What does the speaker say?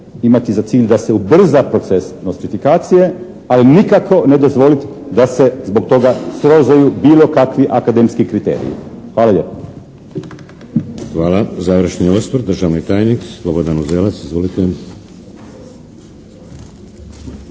imati za cilj da se ubrza proces nostrifikacije, ali nikako ne dozvoliti da se zbog toga srozaju bilo kakvi akademski kriteriji. Hvala lijepa.